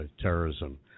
terrorism